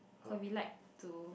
we like to